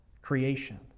creation